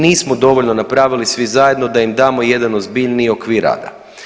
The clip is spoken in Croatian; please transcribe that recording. Nismo dovoljno napravili svi zajedno da im damo jedan ozbiljniji okvir rada.